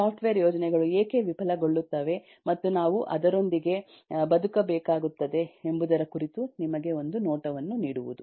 software ಯೋಜನೆಗಳು ಏಕೆ ವಿಫಲಗೊಳ್ಳುತ್ತವೆ ಮತ್ತು ನಾವು ಅದರೊಂದಿಗೆ ಬದುಕಬೇಕಾಗುತ್ತದೆ ಎಂಬುದರ ಕುರಿತು ನಿಮಗೆ ಒಂದು ನೋಟವನ್ನು ನೀಡುವುದು